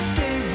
Stay